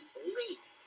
believe